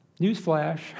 newsflash